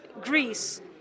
Greece